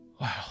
Wow